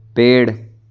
पेड़